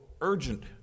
urgent